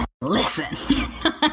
listen